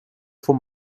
for